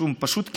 פשוט כאוס.